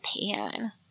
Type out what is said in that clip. Pan